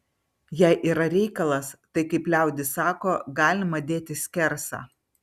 jei yra reikalas tai kaip liaudis sako galima dėti skersą